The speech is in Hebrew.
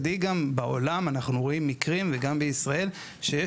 בעולם אנחנו רואים מקרים וגם בישראל שיש